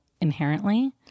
Inherently